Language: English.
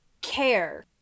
care